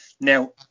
now